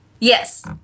Yes